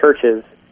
churches